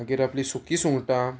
मागीर आपली सुकी सुंगटां